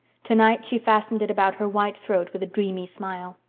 tonight she fastened it about her white throat with a dreamy smile.